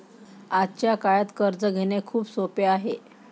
आजच्या काळात कर्ज घेणे खूप सोपे आहे